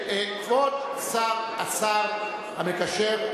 כבוד השר המקשר,